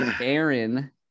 Aaron